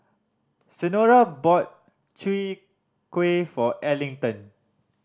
Senora bought Chwee Kueh for Arlington